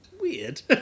weird